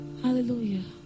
Hallelujah